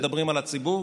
מדברים על הציבור,